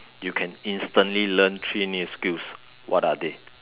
you can instantly learn three new skills what are they